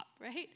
right